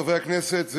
חברי הכנסת,